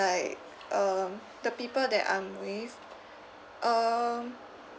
like um the people that I'm with um